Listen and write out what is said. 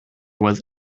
was